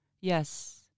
Yes